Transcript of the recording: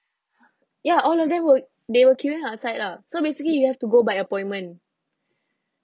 ya all of them were they were queuing outside lah so basically you have to go by appointment